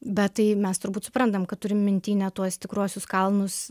bet tai mes turbūt suprantam kad turim minty ne tuos tikruosius kalnus